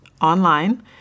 online